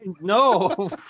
No